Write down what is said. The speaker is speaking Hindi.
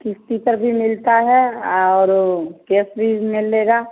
क़िस्त पर भी मिलता है और कैस पर भी मिलेगा